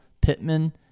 Pittman